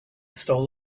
stole